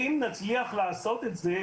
אם נצליח לעשות את זה,